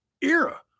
era